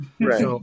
Right